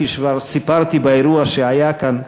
כפי שכבר סיפרתי באירוע שהיה כאן,